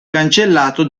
cancellato